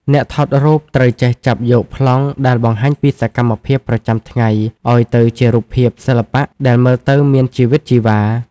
អ្នកថតរូបត្រូវចេះចាប់យកប្លង់ដែលបង្ហាញពីសកម្មភាពប្រចាំថ្ងៃឱ្យទៅជារូបភាពសិល្បៈដែលមើលទៅមានជីវិតជីវ៉ា។